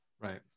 Right